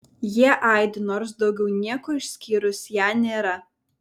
jie aidi nors daugiau nieko išskyrus ją nėra